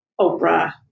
Oprah